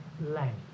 language